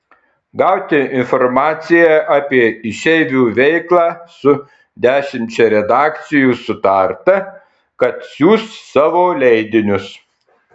gauti informaciją apie išeivių veiklą su dešimčia redakcijų sutarta kad siųs savo leidinius